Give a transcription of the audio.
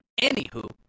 Anywho